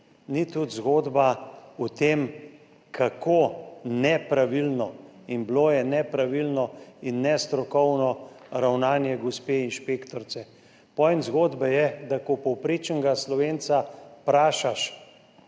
tudi ni zgodba o tem, kako nepravilno, in bilo je nepravilno in nestrokovno ravnanje gospe inšpektorice. Point zgodbe je, da ko povprečnega Slovenca vprašaš,